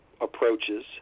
approaches